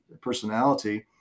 personality